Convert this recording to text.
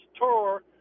tour